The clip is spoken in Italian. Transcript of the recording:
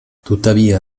tuttavia